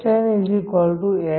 SnS0ei